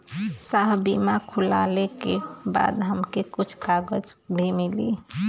साहब बीमा खुलले के बाद हमके कुछ कागज भी मिली?